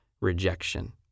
rejection